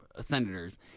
Senators